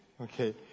Okay